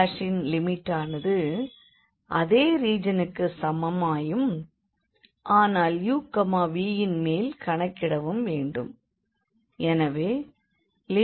Rன் லிமிட்டானது அதே ரீஜனுக்குச் சமமாயும் ஆனால் u vயின் மேல் கணக்கிடவும் வேண்டும்